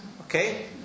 Okay